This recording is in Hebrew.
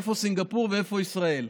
איפה סינגפור ואיפה ישראל?